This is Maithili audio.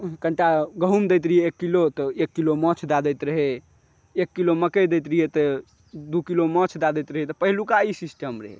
कनिटा गहुँम दैत रहि एक किलो तऽ एक किलो माछ दै दैत रहय एक किलो मकै दैत रहिए तऽ दू किलो माछ दै दैत रहय तऽ पहिलुका ई सिस्टम रहय